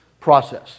process